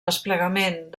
desplegament